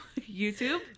YouTube